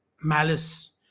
malice